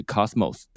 Cosmos